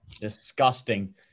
disgusting